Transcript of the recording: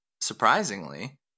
surprisingly